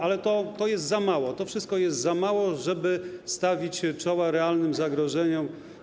Ale to jest za mało, to wszystko jest za mało, żeby stawić czoła realnym zagrożeniom.